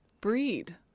breed